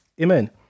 Amen